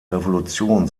revolution